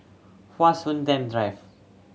Hua Sui Ten Drive